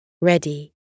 ready